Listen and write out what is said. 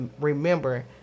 remember